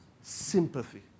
Sympathy